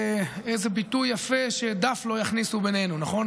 איזה ביטוי יפה, "דף לא יכניסו בינינו", נכון?